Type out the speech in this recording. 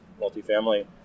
multifamily